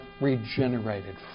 regenerated